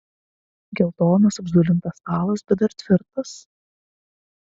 geltonas apzulintas stalas bet dar tvirtas